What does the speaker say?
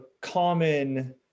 common